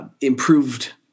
improved